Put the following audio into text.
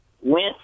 went